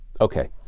Okay